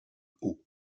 haut